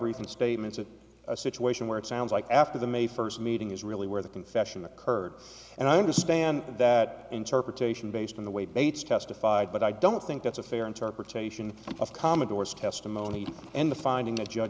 and statements of a situation where it sounds like after the may first meeting is really where the confession occurred and i understand that interpretation based on the way bates testified but i don't think that's a fair interpretation of commodore's testimony and the finding of judge